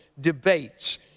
debates